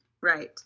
Right